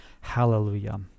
Hallelujah